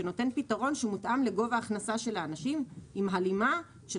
שנותן פתרון שמותאם לגובה ההכנסה של האנשים עם הלימה של